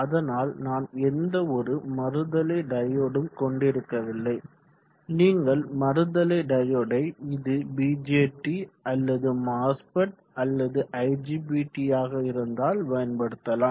அதனால் நான் எந்தவொரு மறுதலை டையோடும் கொண்டிருக்கவில்லை நீங்கள் மறுதலை டையோடை இது பிஜெற்றி அல்லது மாஸ்பெட் அல்லது ஐஜிபிற்றி ஆக இருந்தால் பயன்படுத்தலாம்